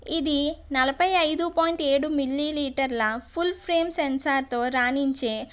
ఇది నలభై ఐదు పాయింట్ ఏడు మిల్లీ లీటర్ల ఫుల్ ఫేమ్ సెన్సార్ తో రాణించే